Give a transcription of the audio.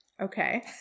Okay